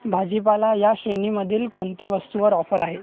भाजीपाला ह्या श्रेणीमधील कोणते वस्तूवर ऑफर आहेत